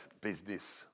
business